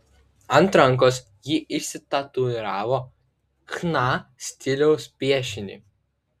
ant rankos ji išsitatuiravo chna stiliaus piešinį